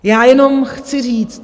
Já jenom chci říct...